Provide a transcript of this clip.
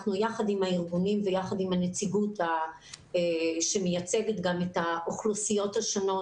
יחד עם הארגונים ויחד עם הנציגות שמייצגת גם את האוכלוסיות השונות,